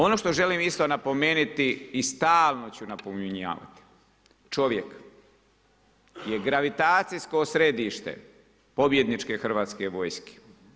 Ono što želim isto napomenuti i stalno ću napominjavati, čovjek je gravitacijsko središte pobjedničke Hrvatske vojske.